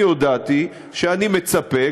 הודעתי שאני מצפה,